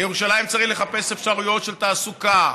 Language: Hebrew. לירושלים צריך לחפש אפשרויות של תעסוקה,